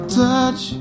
touch